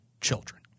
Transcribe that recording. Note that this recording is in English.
children